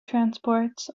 transports